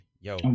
Yo